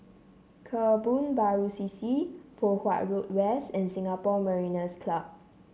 Kebun Baru C C Poh Huat Road West and Singapore Mariners' Club